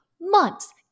months